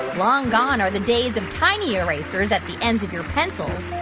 long gone are the days of tiny erasers at the ends of your pencils.